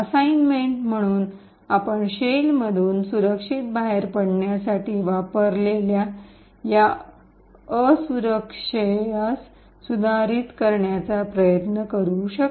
assignment म्हणून आपण शेलमधून सुरक्षितपणे बाहेर पडण्यासाठी वापरलेल्या या असुरक्षास सुधारित करण्याचा प्रयत्न करू शकता